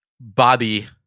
Bobby